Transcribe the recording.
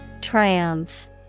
Triumph